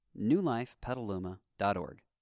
newlifepetaluma.org